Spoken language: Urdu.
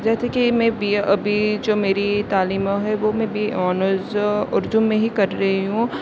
جیسے کہ میں بی اے ابھی جو میری تعلیم ہے وہ بی اے آنرز اردو میں ہی کر رہی ہوں